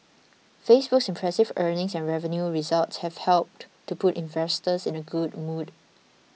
Facebook's impressive earnings and revenue results have helped to put investors in a good mood